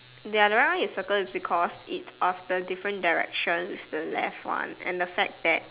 their round is circle is because it's of the different direction it's the left one and the fact that